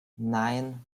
nein